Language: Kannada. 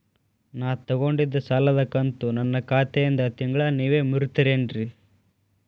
ನಾ ತೊಗೊಂಡಿದ್ದ ಸಾಲದ ಕಂತು ನನ್ನ ಖಾತೆಯಿಂದ ತಿಂಗಳಾ ನೇವ್ ಮುರೇತೇರೇನ್ರೇ?